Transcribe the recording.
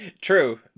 True